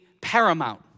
paramount